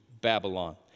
Babylon